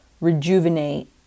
rejuvenate